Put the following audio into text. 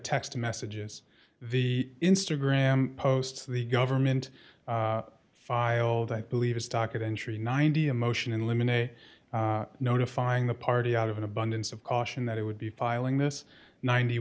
text messages the instagram posts the government filed i believe is documentary ninety a motion in limine a notifying the party out of an abundance of caution that it would be filing this ninety